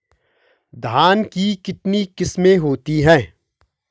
धान की कितनी किस्में होती हैं?